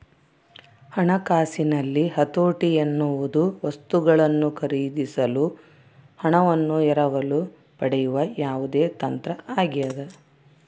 ಹಣಕಾಸಿನಲ್ಲಿ ಹತೋಟಿ ಎನ್ನುವುದು ವಸ್ತುಗಳನ್ನು ಖರೀದಿಸಲು ಹಣವನ್ನು ಎರವಲು ಪಡೆಯುವ ಯಾವುದೇ ತಂತ್ರ ಆಗ್ಯದ